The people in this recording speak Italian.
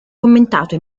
commentato